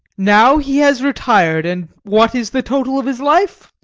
now he has retired, and what is the total of his life?